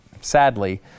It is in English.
sadly